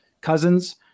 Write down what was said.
cousins